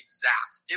zapped